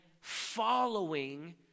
following